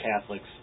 Catholics